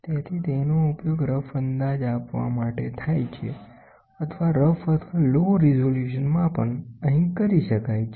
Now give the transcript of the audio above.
તેથી તેનો ઉપયોગ રફ અંદાજ આપવા માટે થાય છે અથવા રફ અથવા લો રિઝોલ્યુશન માપન અહીં કરી શકાય છે